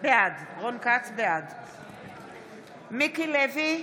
בעד מיקי לוי,